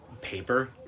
Paper